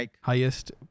highest